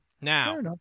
Now